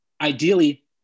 ideally